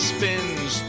Spins